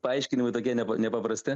paaiškinimai tokie nepaprasti